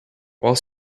while